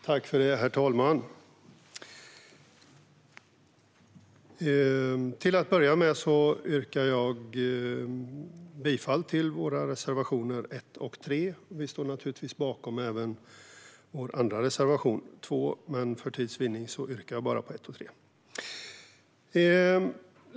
Herr talman! Till att börja med yrkar jag bifall till våra reservationer 1 och 3. Vi står naturligtvis bakom även vår reservation 2, men för tids vinnande yrkar jag bifall bara till reservationerna 1 och 3.